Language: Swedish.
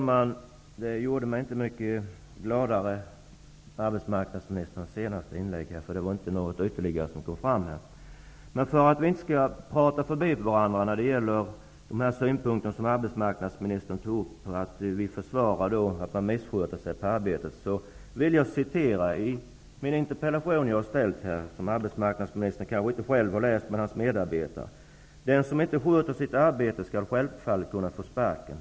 Herr talman! Arbetsmarknadsministerns senaste inlägg gjorde mig inte mycket gladare. Det kom inte fram något ytterligare. För att vi inte skall prata förbi varandra, när det gäller de synpunkter som arbetsmarknadsministern tog upp om att vi skulle försvara misskötsel på arbetet, vill jag citera ur min interpellation -- arbetsmarknadsministern kanske inte själv har läst den, utan det kanske hans medarbetare har gjort: ''Den som inte sköter sitt arbete skall självfallet kunna få sparken.